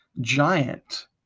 giant